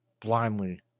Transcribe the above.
blindly